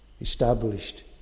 established